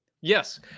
yes